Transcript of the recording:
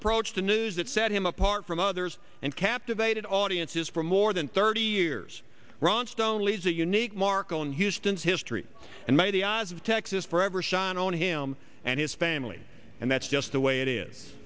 approach to news that set him apart from others and captivated audiences for more than thirty years ron stone leads a unique mark on houston's history and made the eyes of texas forever shine on him and his family and that's just the way it is